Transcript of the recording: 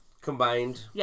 combined